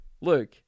Luke